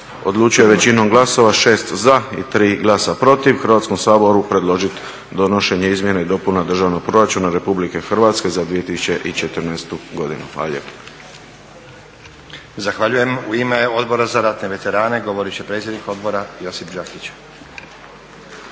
odlučio je većinom glasova, 6 za i 3 glasa protiv Hrvatskom saboru predložiti donošenje izmjena i dopuna Državnog proračuna RH za 2014. godinu.